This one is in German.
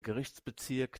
gerichtsbezirk